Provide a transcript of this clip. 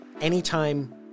anytime